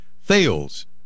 fails